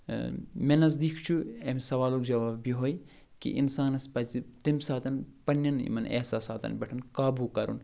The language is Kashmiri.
مےٚ نزدیٖک چھُ اَمہِ سوالُک جواب یِہوٚے کہِ اِنسانَس پَزِ تَمہِ ساتہٕ پَنٛنٮ۪ن یِمَن احساساتَن پٮ۪ٹھ قابوٗ کَرُن